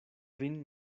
vin